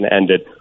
ended